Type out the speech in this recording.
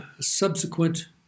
subsequent